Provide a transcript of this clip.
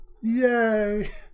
Yay